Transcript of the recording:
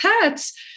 pets